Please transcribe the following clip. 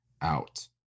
out